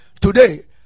today